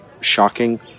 shocking